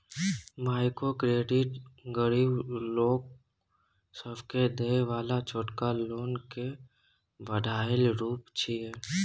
micro credit गरीब लोक सबके देय बला छोटका लोन के बढ़ायल रूप छिये